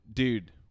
Dude